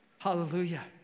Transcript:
Hallelujah